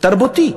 תרבותי.